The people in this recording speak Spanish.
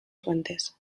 fuentes